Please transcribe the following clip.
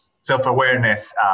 self-awareness